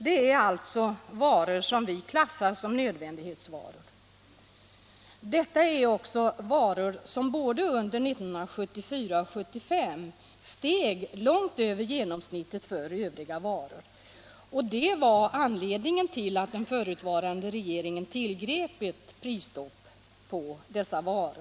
Det är sådant som vi klassar som nödvändighetsvaror och som både under 1974 och 1975 steg i pris långt över genomsnittet för övriga varor, vilket var anledningen till att den förutvarande regeringen tillgrep ett prisstopp på dessa förnödenheter.